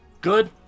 good